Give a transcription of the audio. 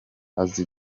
azi